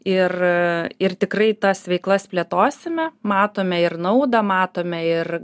ir ir tikrai tas veiklas plėtosime matome ir naudą matome ir